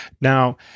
Now